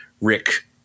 Rick